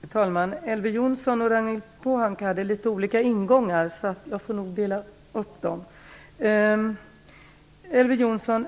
Fru talman! Elver Jonsson och Ragnhild Pohanka hade litet olika ingångar, så jag får nog dela upp svaren. På Elver Jonssons